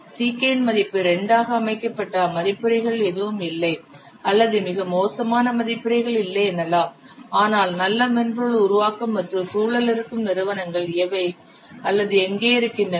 Ck யின் மதிப்பு 2 ஆக அமைக்கப்பட மதிப்புரைகள் எதுவும் இல்லை அல்லது மிக மோசமான மதிப்புரைகள் இல்லை எனலாம் ஆனால் நல்ல மென்பொருள் உருவாக்கம் மற்றும் சூழல் இருக்கும் நிறுவனங்கள் எவை அல்லது எங்கே இருக்கின்றன